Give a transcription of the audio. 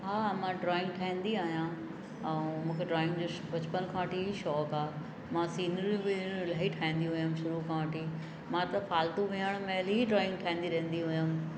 हा मां ड्रॉइंग ठाहींदी आयां ऐं मूंखे ड्रॉइंग जो शौ बचपन खां वठी शौक़ु आहे मां सिनरियूं विनरियूं इलाही ठाहींदी हुयमि शुरू खां वठी मां त फालतू वेहण महिल ई ड्रॉइंग ठाहींदी रहंदी हुयमि